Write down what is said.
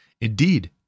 Indeed